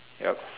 yup